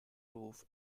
roof